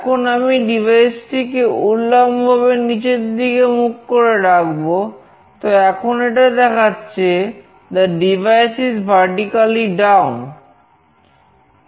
এখন আমি এই ডিভাইসটিকে উল্লম্বভাবে নিচের দিকে মুখ করে রাখবো তো এখন এটা দেখাচ্ছে "device is vertically down"